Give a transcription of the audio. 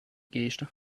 geste